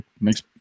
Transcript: makes